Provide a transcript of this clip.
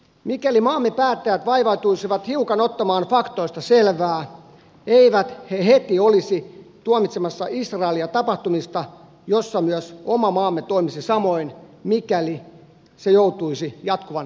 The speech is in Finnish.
mikäli maamme päättäjät vaivautuisivat hiukan ottamaan faktoista selvää eivät he heti olisi tuomitsemassa israelia tapahtumista joissa myös oma maamme toimisi samoin mikäli se joutuisi jatkuvan terrorin kohteeksi